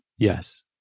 Yes